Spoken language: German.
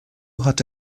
hatte